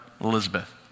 Elizabeth